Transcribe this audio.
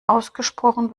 ausgesprochen